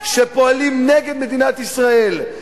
שפועלים נגד מדינת ישראל,